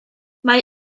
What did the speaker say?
mae